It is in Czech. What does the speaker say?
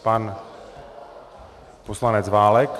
Pan poslanec Válek.